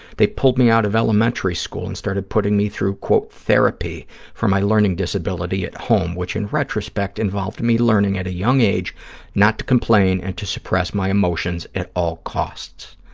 they pulled me out of elementary school and started putting me through, quote, therapy for my learning disability at home, which in retrospect involved me learning at a young age not to complain and to suppress my emotions at all costs.